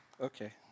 Okay